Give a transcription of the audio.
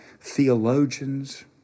theologians